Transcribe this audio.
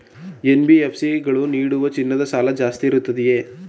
NBFC ಗಳು ನೀಡುವ ಚಿನ್ನದ ಸಾಲ ಜಾಸ್ತಿ ಇರುತ್ತದೆಯೇ?